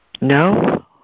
No